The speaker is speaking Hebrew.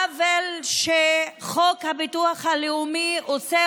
עוול שחוק הביטוח הלאומי עושה,